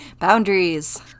Boundaries